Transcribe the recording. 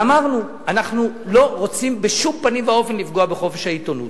אמרנו: אנחנו לא רוצים בשום פנים ואופן לפגוע בחופש העיתונות,